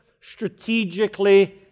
strategically